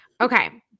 Okay